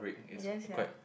yes sia